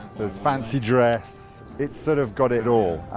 there's fancy dress. it's sort of got it all,